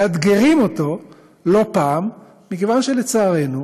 מאתגרים אותו לא פעם מכיוון שלצערנו,